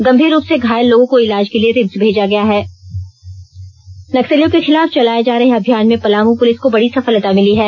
गंभीर रूप से घायल लोगों को इलाज के लिए रिम्स भेजा गया है नक्सलियों के खिलाफ चलाए जा रहे अभियान में पलामू पुलिस को बड़ी सफलता मिली है